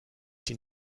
die